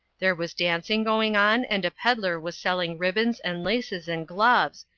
there was dancing going on, and a pedlar was sell ing ribbons and laces and gloves,